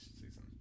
season